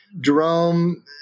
Jerome